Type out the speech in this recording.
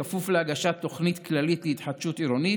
בכפוף להגשת תוכנית כללית להתחדשות עירונית